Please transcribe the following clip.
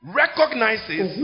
recognizes